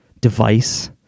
device